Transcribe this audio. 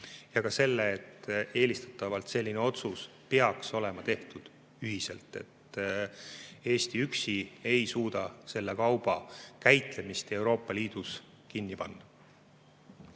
ja ka selle, et eelistatavalt peaks selline otsus olema tehtud ühiselt. Eesti üksi ei suuda selle kauba käitlemist Euroopa Liidus kinni panna.